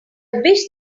wish